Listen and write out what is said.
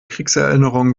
kriegserinnerungen